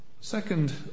Second